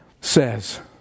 says